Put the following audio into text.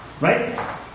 Right